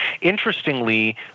interestingly